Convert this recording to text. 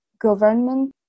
government